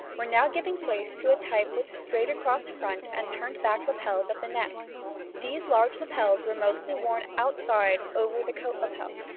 were now giving place to a type with a straight-across front and turned-back lapels at the neck these large lapels were mostly worn outside over the coat lapel.